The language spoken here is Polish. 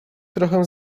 trochę